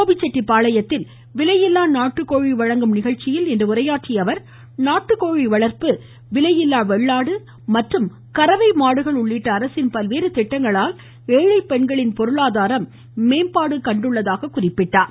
கோபிசெட்டிப்பாளையத்தில் விலையில்லா நாட்டுக்கோழி வழங்கும் நிகழ்ச்சியில் இன்று உரையாற்றிய அவர் நாட்டுக்கோழி வளர்ப்பு விலையில்லா வெள்ளாடு மற்றும் கறவை மாடுகள் உள்ளிட்ட அரசின் பல்வேறு திட்டங்களால் ஏழை பெண்களின் பொருளாதாரம் மேம்பட்டுள்ளதாக கூறினார்